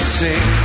sing